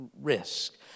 risk